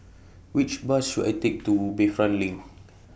Which Bus should I Take to Bayfront LINK